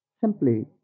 Simply